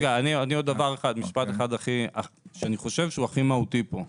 עוד משפט אחד שאני חושב שהוא הכי מהותי כאן.